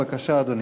בבקשה, אדוני.